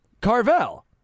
Carvel